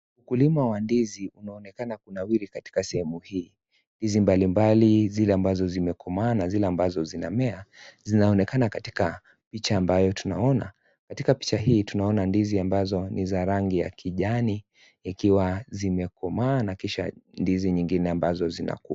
Ukulima wa ndizi unaonekana kunawiri katika sehemu hii ndizi mbali mbali zile ambazo zimekomaa na zile ambazo zinamea zinaonekana katika picha ambayo tunaona katika picha hii tunaona ndizi ambazo ni za rangi ya kijani ikiwa zimekomaa na kisha ndizi nyingine ambazo zinakuw..